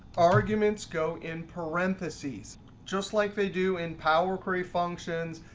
arguments go in parentheses just like they do in power query functions,